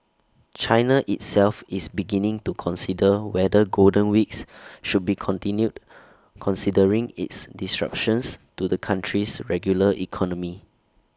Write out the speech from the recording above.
China itself is beginning to consider whether golden weeks should be continued considering its disruptions to the country's regular economy